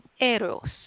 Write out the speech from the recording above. Eros